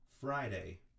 Friday